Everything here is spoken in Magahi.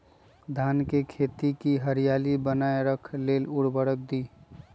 धान के खेती की हरियाली बनाय रख लेल उवर्रक दी?